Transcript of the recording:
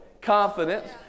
confidence